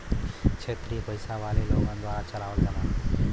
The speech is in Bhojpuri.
क्षेत्रिय पइसा वाले लोगन द्वारा चलावल जाला